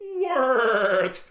word